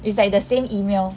it's like the same email